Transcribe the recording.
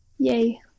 yay